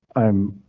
i'm